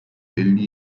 elli